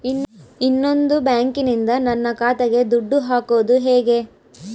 ಇನ್ನೊಂದು ಬ್ಯಾಂಕಿನಿಂದ ನನ್ನ ಖಾತೆಗೆ ದುಡ್ಡು ಹಾಕೋದು ಹೇಗೆ?